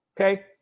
Okay